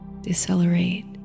decelerate